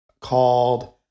called